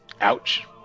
Ouch